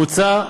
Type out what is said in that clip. מוצע,